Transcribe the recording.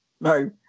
No